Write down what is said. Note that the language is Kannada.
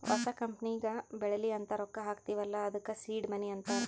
ಹೊಸ ಕಂಪನಿಗ ಬೆಳಿಲಿ ಅಂತ್ ರೊಕ್ಕಾ ಹಾಕ್ತೀವ್ ಅಲ್ಲಾ ಅದ್ದುಕ ಸೀಡ್ ಮನಿ ಅಂತಾರ